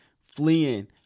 fleeing